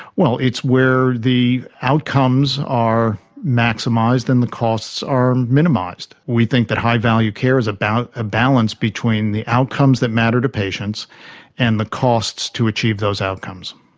well, it's where the outcomes are maximised and the costs are minimised. we think that high-value care is about a balance between the outcomes that matter to patients and the costs to achieve those outcomes.